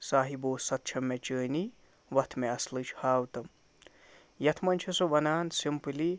صاحِبو سَتھ چھَم مےٚ چٲنی وَتھ مےٚ اَصلٕچ ہاوتَم یَتھ منٛز چھُ سُہ وَنان سِمپٕلی